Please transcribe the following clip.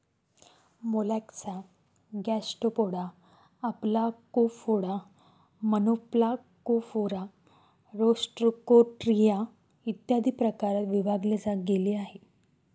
Mollusca Gastropoda, Aplacophora, Monoplacophora, Rostroconchia, इत्यादी प्रकारात विभागले गेले आहे